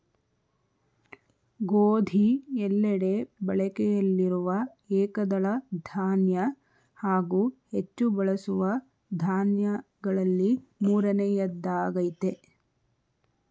ಗೋಧಿ ಎಲ್ಲೆಡೆ ಬಳಕೆಯಲ್ಲಿರುವ ಏಕದಳ ಧಾನ್ಯ ಹಾಗೂ ಹೆಚ್ಚು ಬಳಸುವ ದಾನ್ಯಗಳಲ್ಲಿ ಮೂರನೆಯದ್ದಾಗಯ್ತೆ